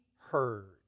heard